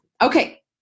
Okay